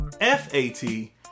F-A-T